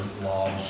laws